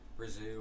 Brazil